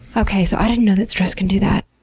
okay, so i didn't know that stress can do that.